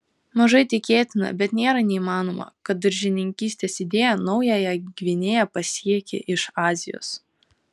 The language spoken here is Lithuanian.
mažai tikėtina bet nėra neįmanoma kad daržininkystės idėja naująją gvinėją pasiekė iš azijos